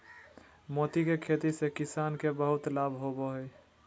मोती के खेती से किसान के बहुत लाभ होवो हय